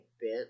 bit